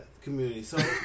community